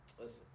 listen